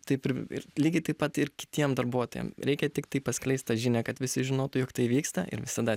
taip ir ir lygiai taip pat ir kitiem darbuotojam reikia tiktai paskleist tą žinią kad visi žinotų jog tai vyksta ir visada